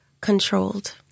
controlled